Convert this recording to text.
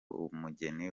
umugeni